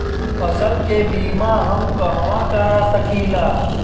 फसल के बिमा हम कहवा करा सकीला?